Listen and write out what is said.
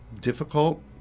difficult